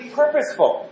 purposeful